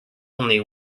only